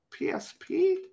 PSP